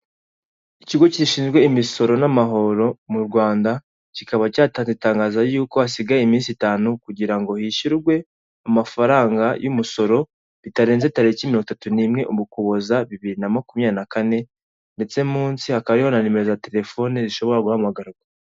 Ikigo gishinzwe imisoro n'amahoro mu Rwanda, kikaba cyatanze itangazo ry'uko hasigaye iminsi itanu kugira ngo hishyurwe amafaranga y'umusoro. Bitarenze tariki mirongo itatu n'imwe mu Ukuboza bibiri na makumyabiri na kane. Ndetse munsi hakaba hari nimero za telefoni zishobora guhamagarwa.